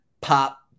pop